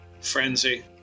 Frenzy